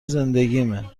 زندگیمه